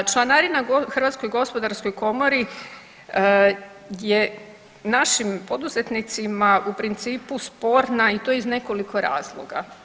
Članarina HGK-u je našim poduzetnicima u principu sporna i to iz nekoliko razloga.